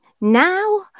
now